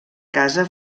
casa